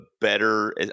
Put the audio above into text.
better